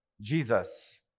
Jesus